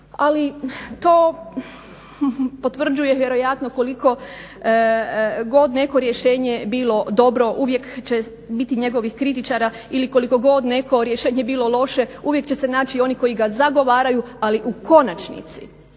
ali to potvrđuje vjerojatno koliko god neko rješenje bilo dobro uvijek će biti njegovih kritičara ili koliko god neko rješenje bilo loše uvijek će se naći oni koji ga zagovaraju. Ali u konačnici